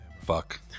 Fuck